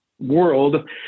World